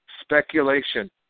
speculation